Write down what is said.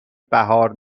بهار